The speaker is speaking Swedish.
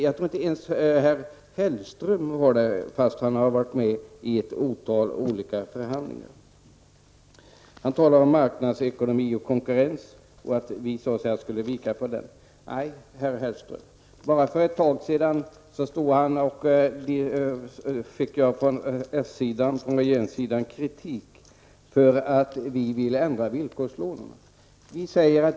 Jag tror inte ens att herr Hellström har det, fast han varit med i ett otal olika förhandlingar. Jordbruksministern talar om marknadsekonomi och konkurrens och att vi så att säga borde vika för den. Nej, herr Hellström. Bara för ett tag sedan fick jag från regeringssidan kritik för att vi ville ändra villkorslånen.